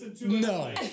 no